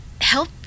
help